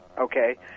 okay